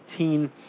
18